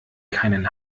keinen